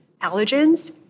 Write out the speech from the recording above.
allergens